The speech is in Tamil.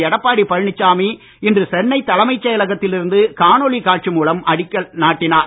எடப்பாடி பழனிசாமி இன்று சென்னை தலைமை செயலகத்தில் இருந்து காணொளி காட்சி மூலம் அடிக்கல் நாட்டினார்